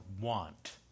want